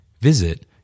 Visit